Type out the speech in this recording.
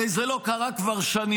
הרי זה לא קרה כבר שנים.